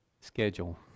schedule